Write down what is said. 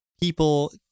people